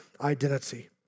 identity